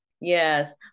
Yes